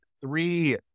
three